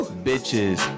Bitches